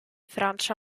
francia